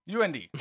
UND